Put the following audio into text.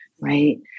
right